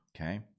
okay